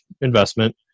investment